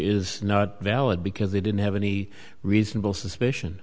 is not valid because they didn't have any reasonable suspicion